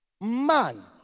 man